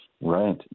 Right